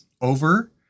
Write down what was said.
over